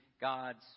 God's